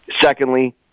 secondly